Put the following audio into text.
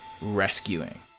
rescuing